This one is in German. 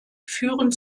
führen